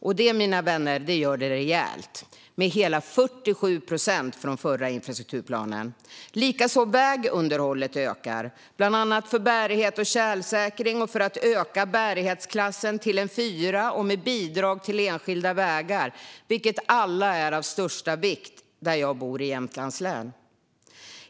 Och det, mina vänner, gör det rejält - med hela 47 procent från förra infrastrukturplanen. Likaså ökar vägunderhållet, bland annat för bärighet och tjälsäkring och för att öka bärighetsklassen till en fyra och med bidrag till enskilda vägar. Allt detta är av största vikt där jag bor i Jämtlands län.